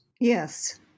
Yes